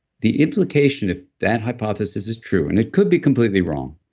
the implication, if that hypothesis is true, and it could be completely wrong,